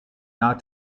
not